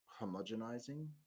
homogenizing